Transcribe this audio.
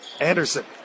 Anderson